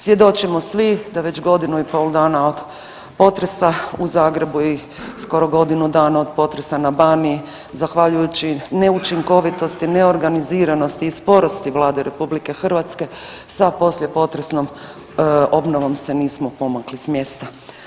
Svjedočimo svi da već godinu i pol dana od potresa u Zagrebu i skoro godinu dana od potresa na Baniji zahvaljujući neučinkovitosti, neorganiziranosti i sporosti Vlade RH sa posljepotresnom obnovom se nismo pomakli s mjesta.